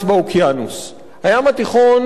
הים התיכון הוא ים סגור,